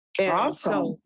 Awesome